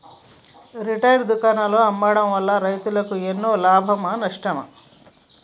Retail దుకాణాల్లో అమ్మడం వల్ల రైతులకు ఎన్నో లాభమా నష్టమా?